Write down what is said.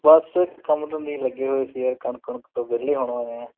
ਬਸ ਕੰਮ ਧੰਦੇ ਹੀ ਲੱਗੇ ਹੋਏ ਸੀ ਯਾਰ ਕਣਕ ਕੁਣਕ ਤੋਂ ਵਿਹਲੇ ਹੁਣ ਹੋਏ ਹਾਂ